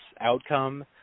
outcome